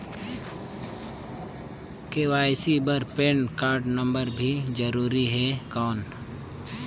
KYC बर PAN card number भी जरूरी हे कौन?